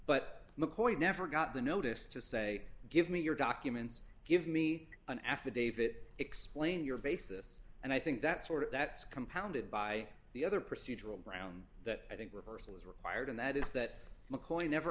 but mccoy never got the notice to say give me your documents give me an affidavit explain your basis and i think that sort of that's compounded by the other procedural ground that i think rehearsal is required and that is that mccoy never